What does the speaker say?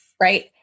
Right